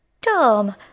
Tom